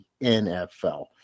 NFL